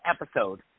episode